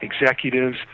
executives